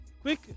quick